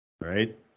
Right